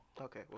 Okay